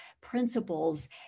principles